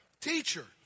teacher